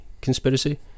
conspiracy